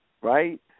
right